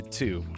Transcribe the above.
two